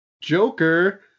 Joker